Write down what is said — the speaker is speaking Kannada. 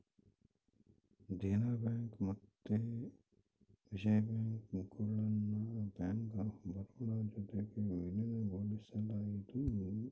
ದೇನ ಬ್ಯಾಂಕ್ ಮತ್ತೆ ವಿಜಯ ಬ್ಯಾಂಕ್ ಗುಳ್ನ ಬ್ಯಾಂಕ್ ಆಫ್ ಬರೋಡ ಜೊತಿಗೆ ವಿಲೀನಗೊಳಿಸಲಾಯಿತು